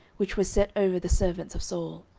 which was set over the servants of saul,